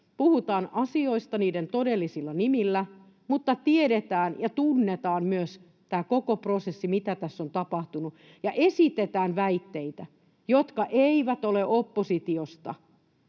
puhutaan asioista niiden todellisilla nimillä mutta tiedetään ja tunnetaan myös tämä koko prosessi, mitä tässä on tapahtunut, ja esitetään väitteitä, jotka eivät ole oppositiosta